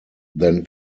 then